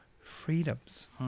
freedoms